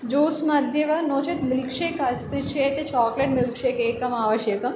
juice मध्ये वा नो चेत् मिल्क् शेक् अस्ति चेत् चाक्लेट् मिल्क् शेक् एकम् आवश्यकम्